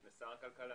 לשר הכלכלה.